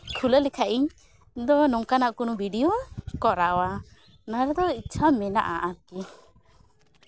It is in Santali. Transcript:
ᱠᱷᱩᱞᱟᱹᱣ ᱞᱮᱠᱷᱟᱡ ᱤᱧ ᱩᱱᱫᱚ ᱱᱚᱝᱟᱱᱟᱜ ᱠᱳᱱᱚ ᱵᱷᱤᱰᱤᱭᱳ ᱠᱚᱨᱟᱣᱟ ᱱᱚᱣᱟ ᱨᱮᱫᱚ ᱤᱪᱪᱷᱟ ᱢᱮᱱᱟᱜᱼᱟ ᱟᱨᱠᱤ